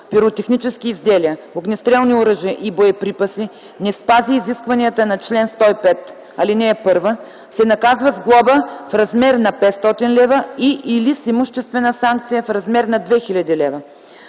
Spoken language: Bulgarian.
пиротехнически изделия, огнестрелни оръжия и боеприпаси не спази изискванията на чл. 105, ал. 1, се наказва с глоба в размер на 500 лв. и/или с имуществена санкция в размер на 2000 лв.